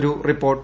ഒരു റിപ്പോർട്ട്